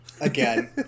Again